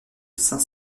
saint